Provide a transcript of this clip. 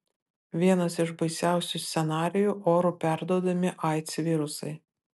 vienas iš baisiausių scenarijų oru perduodami aids virusai